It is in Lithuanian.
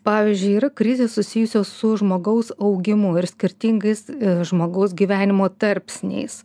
pavyzdžiui yra krizės susijusios su žmogaus augimu ir skirtingais žmogaus gyvenimo tarpsniais